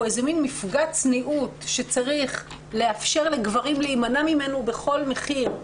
איזה מן מפגע צניעות שצריך לאפשר לגברים להימנע ממנו בכל מחיר,